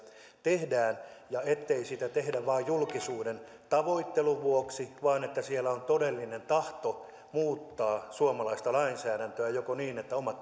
tehdään ettei sitä tehdä vain julkisuuden tavoittelun vuoksi vaan että siellä on todellinen tahto muuttaa suomalaista lainsäädäntöä joko niin että omat